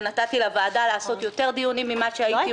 ונתתי לוועדה לעשות יותר דיונים ממה שהייתי